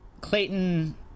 Clayton